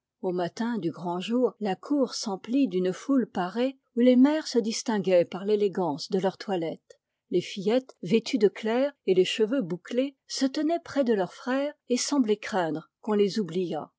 au matin du grand jour la cour s'emplit d'une foule parée où les mères se distinguaient par l'élégance de leur toilette les fillettes vêtues de clair et les cheveux bouclés se tenaient près de leur frère et semblaient craindre qu'on les oubliât